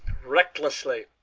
recklessly.